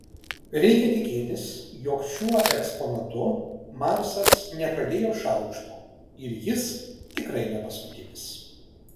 reikia tikėtis jog šiuo eksponatu marsas nepadėjo šaukšto ir jis tikrai ne paskutinis